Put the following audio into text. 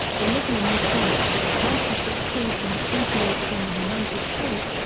the libyan response to the crisis was praised and appreciated in the united states,